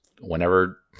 whenever